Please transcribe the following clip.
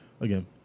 Again